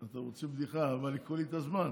אתם רוצים בדיחה, אבל ייקחו לי את הזמן.